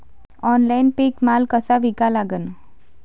Online पीक माल कसा विका लागन?